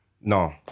No